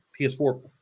PS4